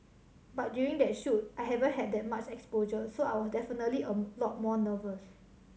but during that shoot I haven't had that much exposure so I was definitely a lot more nervous